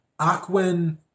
Aquin